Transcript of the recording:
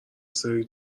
سری